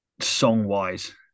song-wise